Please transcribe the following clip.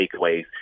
takeaways